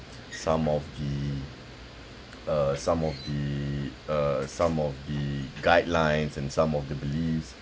some of the uh some of the uh some of the guidelines and some of the beliefs